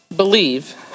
Believe